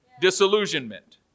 Disillusionment